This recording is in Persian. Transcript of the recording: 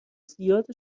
زیاد